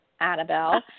Annabelle